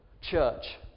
church